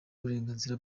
uburenganzira